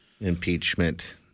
impeachment